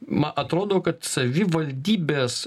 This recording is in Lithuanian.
ma atrodo kad savivaldybės